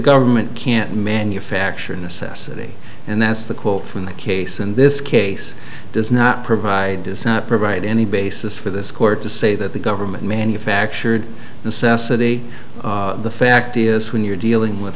government can't manufacture a necessity and that's the quote from the case and this case does not provide to provide any basis for this court to say that the government manufactured necessity the fact is when you're dealing with